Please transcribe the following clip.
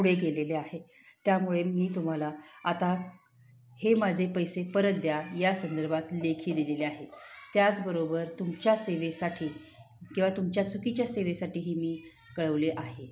पुढे गेलेले आहे त्यामुळे मी तुम्हाला आता हे माझे पैसे परत द्या या संदर्भात लेखी दिलेले आहे त्याचबरोबर तुमच्या सेवेसाठी किंवा तुमच्या चुकीच्या सेवेसाठी ही मी कळवले आहे